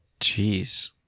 jeez